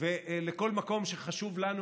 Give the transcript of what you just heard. ולכל מקום שחשוב לנו,